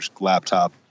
laptop